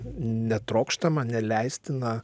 netrokštamą neleistiną